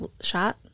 shot